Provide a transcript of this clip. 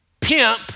pimp